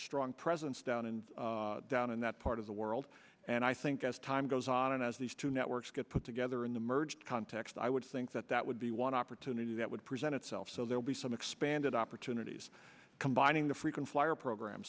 strong presence down and down in that part of the world and i think as time goes on and as these two networks get put together in the merged context i would think that that would be one opportunity that would present itself so there will be some expanded opportunities combining the frequent flyer program